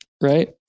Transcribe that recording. Right